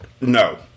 No